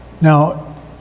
now